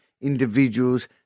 individuals